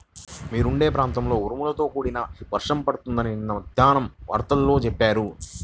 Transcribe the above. మీరుండే ప్రాంతంలో ఉరుములతో కూడిన వర్షం పడిద్దని నిన్న మద్దేన్నం వార్తల్లో చెప్పారు